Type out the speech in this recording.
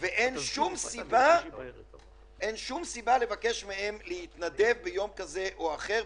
אין שום סיבה לבקש מהם להתנדב ביום כזה או אחר,